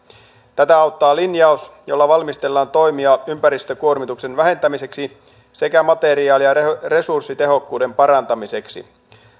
tätä auttaa linjaus jolla valmistellaan toimia ympäristökuormituksen vähentämiseksi sekä materiaali ja resurssitehokkuuden parantamiseksi